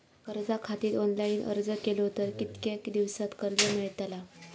कर्जा खातीत ऑनलाईन अर्ज केलो तर कितक्या दिवसात कर्ज मेलतला?